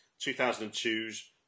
2002's